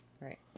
Right